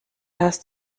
hast